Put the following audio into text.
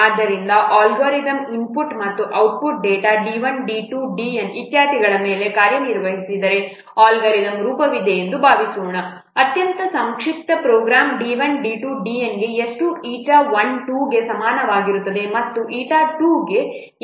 ಆದ್ದರಿಂದ algorithm input ಮತ್ತು output data d 1 d 2 dn ಇತ್ಯಾದಿಗಳ ಮೇಲೆ ಕಾರ್ಯನಿರ್ವಹಿಸಿದರೆ ಅಲ್ಗಾರಿದಮ್ ರೂಪವಿದೆ ಎಂದು ಭಾವಿಸೋಣ ಅತ್ಯಂತ ಸಂಕ್ಷಿಪ್ತ ಪ್ರೋಗ್ರಾಂ d 1 d 2 dn ಗೆ ಎಷ್ಟು eta 1 2 ಗೆ ಸಮಾನವಾಗಿರುತ್ತದೆ ಮತ್ತು eta 2 n ಗೆ ಸಮಾನವಾಗಿರುತ್ತದೆ